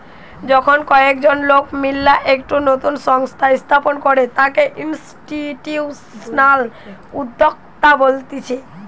যখন কয়েকজন লোক মিললা একটা নতুন সংস্থা স্থাপন করে তাকে ইনস্টিটিউশনাল উদ্যোক্তা বলতিছে